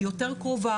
שהיא יותר קרובה,